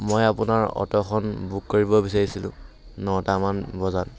মই আপোনাৰ অ'ট'খন বুক কৰিব বিচাৰিছিলোঁ নটামান বজাত